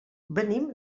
venim